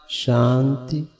shanti